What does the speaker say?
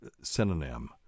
synonym